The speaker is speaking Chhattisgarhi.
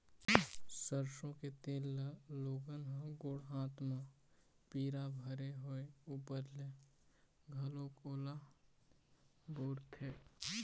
सरसो के तेल ल लोगन ह गोड़ हाथ म पीरा भरे होय ऊपर ले घलोक ओला बउरथे